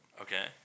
Okay